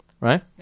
Right